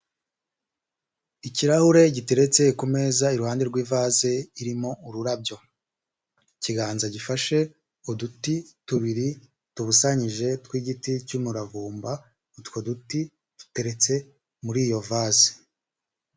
Ikirahure giteretse ku meza, iruhande rw'ivaze irimo ururabyo, ikiganza gifashe uduti tubiri tubusanyije tw'igiti cy'umuravumba, utwo duti duteretse muri iyo vaze.